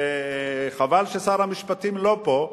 וחבל ששר המשפטים לא פה,